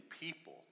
people